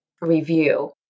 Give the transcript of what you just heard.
review